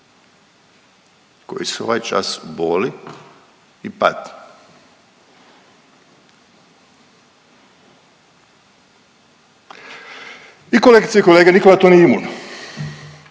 koji su ovaj čas u boli i patnji. I kolegice i kolege, nikome to nije imuno,